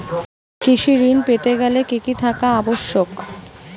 কৃষি ঋণ পেতে গেলে কি কি থাকা আবশ্যক?